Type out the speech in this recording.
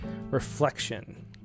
reflection